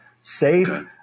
Safe